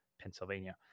Pennsylvania